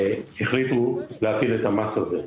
כשהחליטו להטיל את המס הזה.